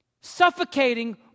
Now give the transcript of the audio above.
suffocating